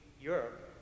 Europe